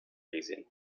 reason